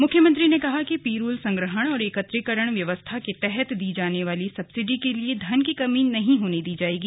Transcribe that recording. मुख्यमंत्री ने कहा कि पिरूल संग्रहण और एकत्रीकरण व्यवस्था के तहत दी जाने वाली सब्सिडी के लिए धन की कमी नहीं होने दी जायेगी